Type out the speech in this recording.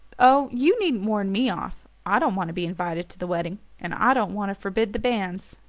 oh, you needn't warn me off. i don't want to be invited to the wedding. and i don't want to forbid the banns.